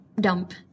dump